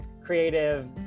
creative